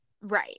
Right